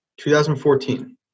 2014